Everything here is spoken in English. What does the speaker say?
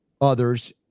others